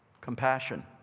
compassion